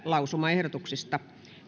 lausumaehdotusta